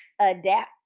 Adapt